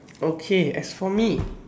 okay as for me